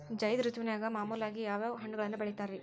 ಝೈದ್ ಋತುವಿನಾಗ ಮಾಮೂಲಾಗಿ ಯಾವ್ಯಾವ ಹಣ್ಣುಗಳನ್ನ ಬೆಳಿತಾರ ರೇ?